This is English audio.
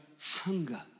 hunger